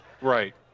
Right